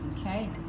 Okay